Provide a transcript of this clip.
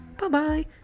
Bye-bye